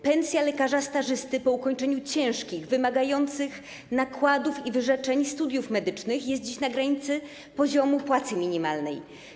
Pensja lekarza stażysty po ukończeniu ciężkich, wymagających nakładów i wyrzeczeń studiów medycznych jest dziś na granicy poziomu płacy minimalnej.